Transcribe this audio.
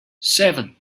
seven